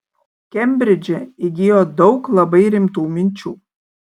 kembridže įgijo daug labai rimtų minčių